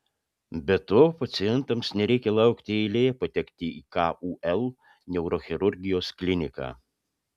be to pacientams nereikia laukti eilėje patekti į kul neurochirurgijos kliniką